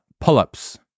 Pull-ups